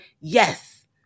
yes